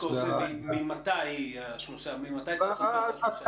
ממתי תוספת התקנים?